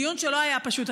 בדיון שלא היה פשוט,